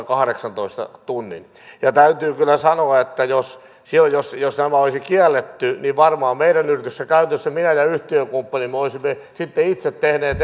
kahdeksantoista tunnin täytyy kyllä sanoa että jos tämä olisi kielletty niin varmaan meidän yrityksessämme käytännössä minä ja yhtiökumppani olisimme sitten itse tehneet